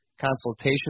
Consultation